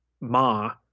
Ma